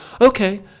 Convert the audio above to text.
okay